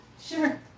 Sure